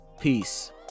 peace